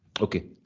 okay